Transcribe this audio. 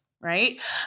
right